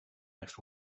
next